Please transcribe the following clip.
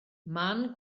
man